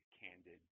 candid